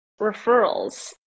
referrals